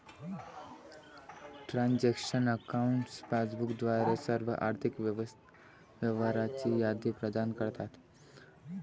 transaction accounts passbook द्वारे सर्व आर्थिक व्यवहारांची यादी प्रदान करतात